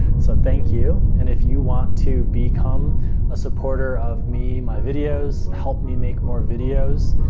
so thank you. and if you want to become a supporter of me, my videos, help me make more videos,